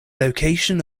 location